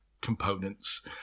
components